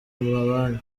amabanki